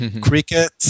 cricket